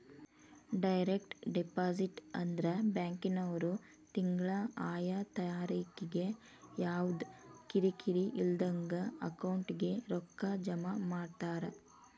direct deposit ಅಂದ್ರ ಬ್ಯಾಂಕಿನ್ವ್ರು ತಿಂಗ್ಳಾ ಆಯಾ ತಾರಿಕಿಗೆ ಯವ್ದಾ ಕಿರಿಕಿರಿ ಇಲ್ದಂಗ ಅಕೌಂಟಿಗೆ ರೊಕ್ಕಾ ಜಮಾ ಮಾಡ್ತಾರ